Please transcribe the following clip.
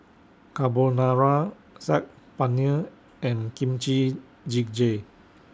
Carbonara Saag Paneer and Kimchi Jjigae